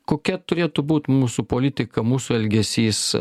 kokia turėtų būt mūsų politika mūsų elgesys